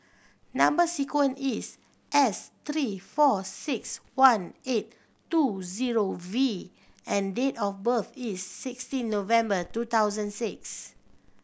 number sequence is S three four six one eight two zero V and date of birth is sixteen November two thousand six